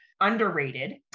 Underrated